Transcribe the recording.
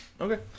Okay